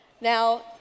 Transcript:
Now